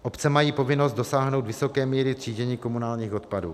Obce mají povinnost dosáhnout vysoké míry třídění komunálních odpadů.